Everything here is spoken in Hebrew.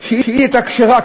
שהייתה כשרה,